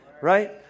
right